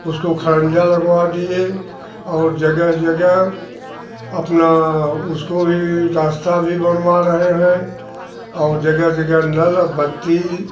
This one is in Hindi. उसको खड़ंजा लगवा दिए और जगह जगह अपना उसको भी रास्ता भी बनवा रहे हैं और जगह जगह नल और बत्ती